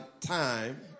time